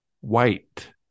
White